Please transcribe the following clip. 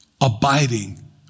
abiding